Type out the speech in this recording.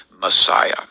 Messiah